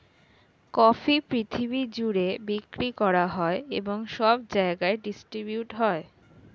coffee পৃথিবী জুড়ে বিক্রি করা হয় এবং সব জায়গায় ডিস্ট্রিবিউট হয়